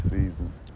seasons